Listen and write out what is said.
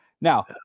Now